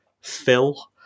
Phil